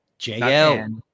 jl